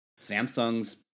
Samsung's